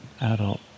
adult